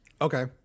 Okay